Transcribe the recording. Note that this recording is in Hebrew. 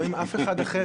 לא עם אף אחד אחר.